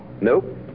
Nope